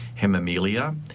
hemimelia